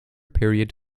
period